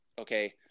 okay